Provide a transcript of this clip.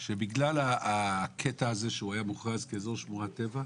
שבגלל הקטע הזה שהוא היה מוכרז כאזור שמורת טבע,